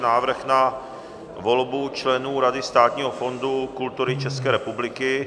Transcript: Návrh na volbu členů Rady Státního fondu kultury České republiky